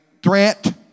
Threat